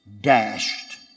dashed